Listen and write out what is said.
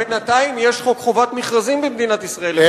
אבל בינתיים יש חוק חובת מכרזים במדינת ישראל.